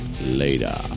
Later